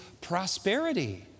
prosperity